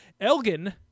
Elgin